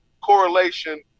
correlation